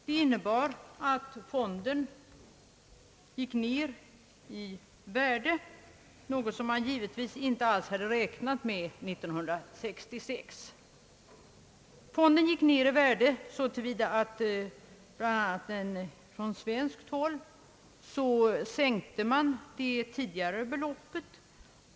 Det innebar att fonden gick ned i värde, något som man givetvis inte hade räknat med 1966. Fondens värde har gått ned bl.a. genom att man från svenskt håll efter devalveringen minskat bidraget.